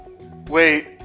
Wait